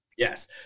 Yes